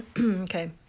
Okay